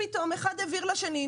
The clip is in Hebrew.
פתאום אחד העביר לשני,